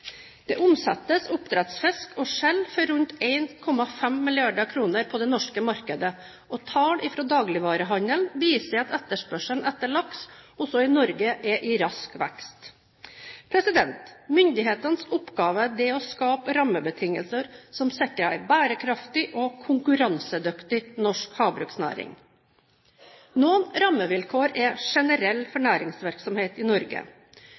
Det omsettes oppdrettsfisk og skjell for rundt 1,5 mrd. kr på det norske markedet, og tall fra dagligvarehandelen viser at etterspørselen etter laks også i Norge er i rask vekst. Myndighetenes oppgave er å skape rammebetingelser som sikrer en bærekraftig og konkurransedyktig norsk havbruksnæring. Noen rammevilkår er generelle for næringsvirksomhet i Norge.